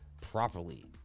properly